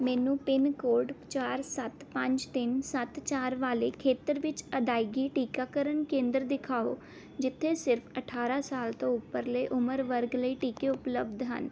ਮੈਨੂੰ pin code ਚਾਰ ਸੱਤ ਪੰਜ ਤਿੰਨ ਸੱਤ ਚਾਰ ਵਾਲੇ ਖੇਤਰ ਵਿੱਚ ਅਦਾਇਗੀ ਟੀਕਾਕਰਨ ਕੇਂਦਰ ਦਿਖਾਓ ਜਿੱਥੇ ਸਿਰਫ਼ ਅਠਾਰਾਂ ਸਾਲ ਤੋਂ ਉਪਰਲੇ ਉਮਰ ਵਰਗ ਲਈ ਟੀਕੇ ਉਪਲਬਧ ਹਨ